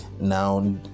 now